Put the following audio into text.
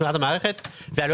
זה עלויות תפעול,